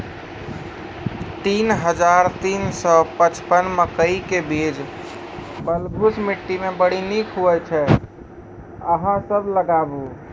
तीन हज़ार तीन सौ पचपन मकई के बीज बलधुस मिट्टी मे बड़ी निक होई छै अहाँ सब लगाबु?